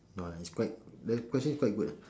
no its quite the question is quite good ah